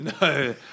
No